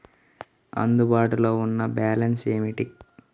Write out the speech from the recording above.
అందుబాటులో ఉన్న బ్యాలన్స్ ఏమిటీ?